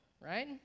Right